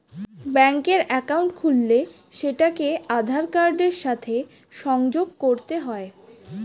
ব্যাঙ্কের অ্যাকাউন্ট খুললে সেটাকে আধার কার্ডের সাথে সংযোগ করতে হয়